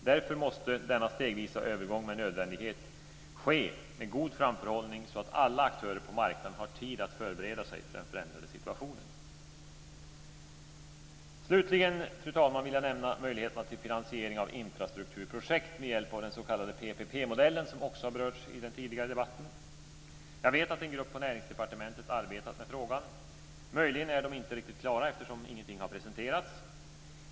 Därför måste denna stegvisa övergång med nödvändighet ske med god framförhållning så att alla aktörer på marknaden har tid att förbereda sig för den förändrade situationen. Slutligen, fru talman, vill jag nämna möjligheterna till finansiering av infrastrukturprojekt med hjälp av den s.k. PPP-modellen, som också har berörts i den tidigare debatten. Jag vet att en grupp på Näringsdepartementet har arbetat med frågan. Möjligen är man inte riktigt klar eftersom ingenting har presenteras.